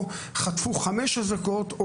או חטפו חמש אזעקות,